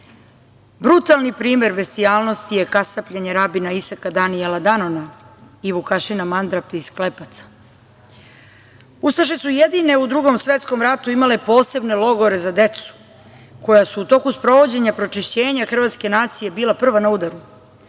Brutalni primer bestijalnosti je kasapljenje rabina Isaka Danijela Danona i Vukašina Mandrapa iz Klepaca. Ustaše su jedine u Drugom svetskom ratu imale posebne logore za decu, koja su u toku sprovođenja pročišćenja hrvatske nacije bila prva na udaru.